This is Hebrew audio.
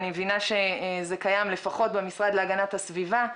אני מבינה שזה קיים לפחות במשרד להגנת הסביבה.